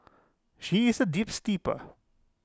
she is A deep steeper